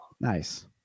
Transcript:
Nice